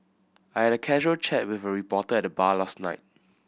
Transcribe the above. I had a casual chat with a reporter at the bar last night